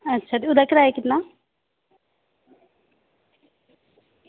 ते ओह्दा किराया किन्ना